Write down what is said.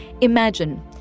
Imagine